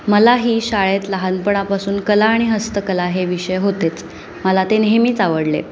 मला ही शाळेत लहानपणापासून कला आणि हस्तकला हे विषय होतेच मला ते नेहमीच आवडले